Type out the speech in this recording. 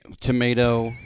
tomato